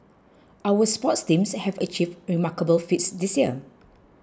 our sports teams have achieved remarkable feats this year